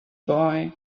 boy